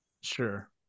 sure